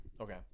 Okay